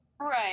Right